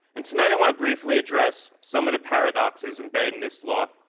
and tonight i want to briefly address some of the paradoxes embedded in this law.